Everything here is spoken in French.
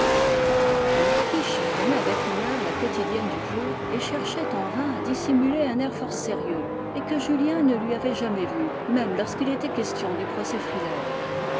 le marquis chiffonnait avec humeur la quotidienne du jour et cherchait en vain à dissimuler un air fort sérieux et que julien ne lui avait jamais vu même lorsqu'il était question du procès frilair